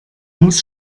muss